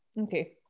Okay